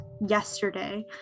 yesterday